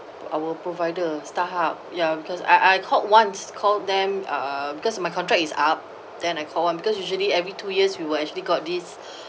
our provider starhub ya because I I called once called them uh because my contract is up then I call them because usually every two years we were actually got this